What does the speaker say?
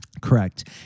correct